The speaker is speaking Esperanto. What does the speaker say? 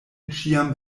ĉiam